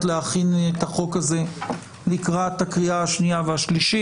להכין את החוק הזה לקראת הקריאה השנייה והשלישית.